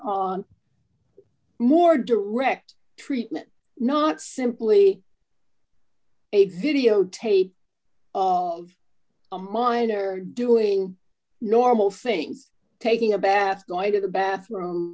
more direct treatment not simply a videotape of a minor doing normal things taking a bath going to the bathroom